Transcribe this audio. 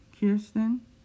Kirsten